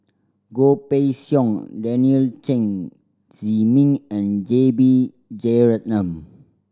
Goh Pei Siong Daniel Chen Zhiming and J B Jeyaretnam